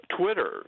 Twitter